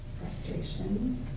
frustration